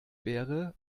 wäre